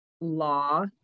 law